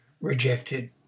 rejected